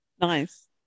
Nice